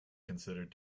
considered